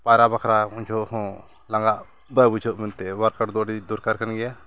ᱯᱟᱭᱨᱟ ᱵᱟᱠᱷᱨᱟ ᱩᱱ ᱡᱚᱠᱷᱚᱡ ᱦᱚᱸ ᱞᱟᱸᱜᱟᱜ ᱵᱟᱭ ᱵᱩᱡᱷᱟᱹᱜ ᱢᱮᱱᱛᱮ ᱳᱟᱨᱠᱟᱨ ᱫᱚ ᱟᱹᱰᱤ ᱫᱚᱨᱠᱟᱨ ᱠᱟᱱ ᱜᱮᱭᱟ